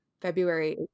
February